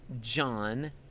John